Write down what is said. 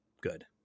good